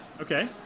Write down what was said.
Okay